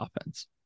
offense